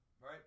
Right